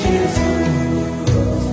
Jesus